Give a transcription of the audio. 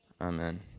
Amen